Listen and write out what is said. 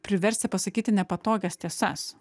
priversti pasakyti nepatogias tiesas